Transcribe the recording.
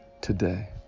today